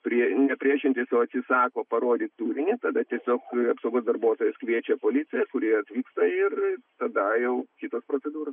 prie ne priešintis o atsisako parodyt turinį tada tiesiog apsaugos darbuotojas kviečia policiją kuri atvyksta ir tada jau kitos procedūros